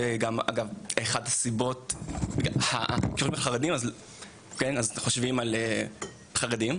ואחת הסיבות כשאומרים חרדים חושבים על חרדים,